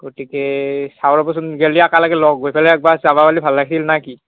গতিকে চাওঁ ৰ'বচোন গেলি একেলগে লগ হৈ ফেলে একবাৰ চাব পালে ভাল আছিল না কি